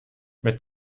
mit